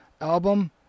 album